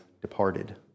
departed